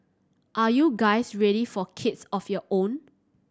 are you guys ready for kids of your own